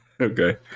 okay